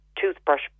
toothbrush